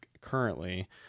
currently